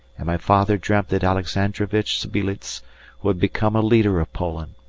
and my father dreamt that alexandrovitch sbeiliez would become a leader of poland,